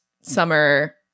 Summer